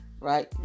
Right